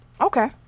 Okay